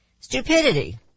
Stupidity